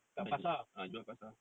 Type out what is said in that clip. uh jual pasar